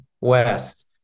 West